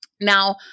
Now